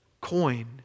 coin